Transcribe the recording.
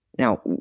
Now